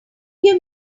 give